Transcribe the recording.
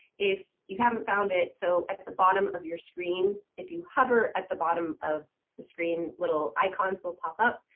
if you haven't found it, so at the bottom of your screen, if you hover at the bottom of the screen, little icons will pop up,